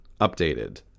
updated